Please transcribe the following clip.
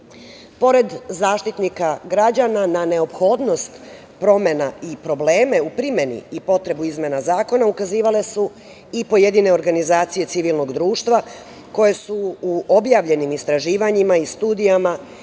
Zaštitnika građana na neophodnost promena i probleme u primeni i potrebu izmene zakona ukazivale su i pojedine organizacije civilnog društva koje su u objavljenim istraživanjima i studijama